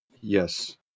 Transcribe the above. Yes